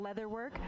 leatherwork